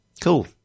Cool